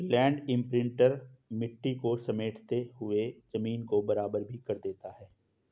land imprinter मिट्टी को समेटते हुए जमीन को बराबर भी कर देता है